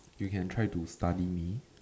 you can try to study me